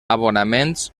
abonaments